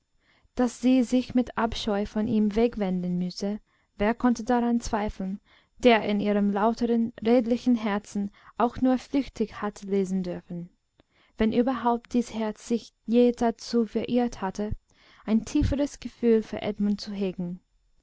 daß sie sich mit abscheu von ihm wegwenden müsse wer konnte daran zweifeln der in ihrem lauteren redlichen herzen auch nur flüchtig hatte lesen dürfen wenn überhaupt dies herz sich je dazu verirrt hatte ein tieferes gefühl für edmund zu hegen